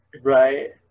right